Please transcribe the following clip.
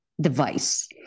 device